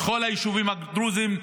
לכל היישובים הדרוזיים,